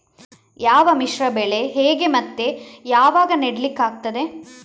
ಯಾವ ಮಿಶ್ರ ಬೆಳೆ ಹೇಗೆ ಮತ್ತೆ ಯಾವಾಗ ನೆಡ್ಲಿಕ್ಕೆ ಆಗ್ತದೆ?